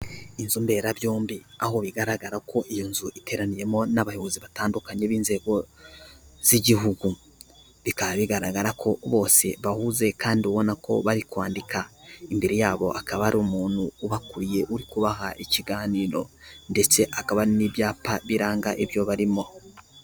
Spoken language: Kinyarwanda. Inzi mberabyombi aho bigaragara ko iyo nzu iteraniyemo n'abayobozi batandukanye b'inzego z'igihugu, bikaba bigaragara ko bose bahuze kandi ubona ko bari kwandika, imbere yabo hakaba hari umuntu ubakuriye uri kubaha ikiganiro ndetse hakaba hari n'ibyapa biranga ibyo barimo.